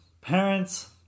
parents